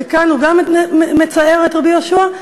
וכאן הוא גם מצער את רבי יהושע?